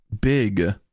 big